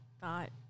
thought